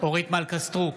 אורית מלכה סטרוק,